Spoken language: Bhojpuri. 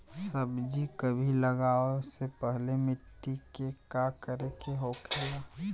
सब्जी कभी लगाओ से पहले मिट्टी के का करे के होखे ला?